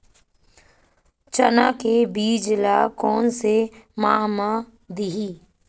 चना के बीज ल कोन से माह म दीही?